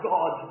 God